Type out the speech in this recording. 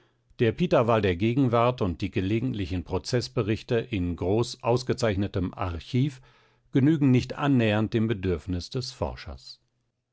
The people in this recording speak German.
der pitaval der gegenwart und die gelegentlichen prozeßberichte in groß ausgezeichnetem archiv genügen nicht annähernd dem bedürfnis des forschers